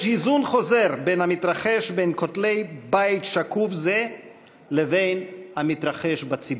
יש היזון חוזר בין המתרחש בין כותלי בית שקוף זה לבין המתרחש בציבור.